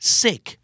sick